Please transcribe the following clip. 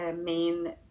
main